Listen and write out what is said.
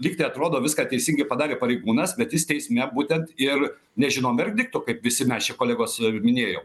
lygtai atrodo viską teisingai padarė pareigūnas bet jis teisme būtent ir nežinom verdikto kaip visi mes čia kolegos minėjo